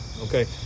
okay